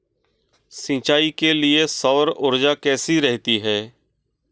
सिंचाई के लिए सौर ऊर्जा कैसी रहती है?